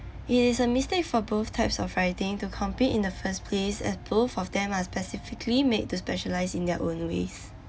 it is a mistake for both types of writing to compete in the first place as both of them are specifically made to specialise in their own ways